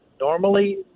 Normally